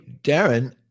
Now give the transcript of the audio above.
darren